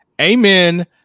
Amen